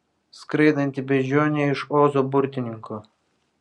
skraidanti beždžionė iš ozo burtininko